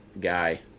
guy